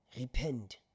repent